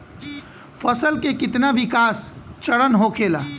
फसल के कितना विकास चरण होखेला?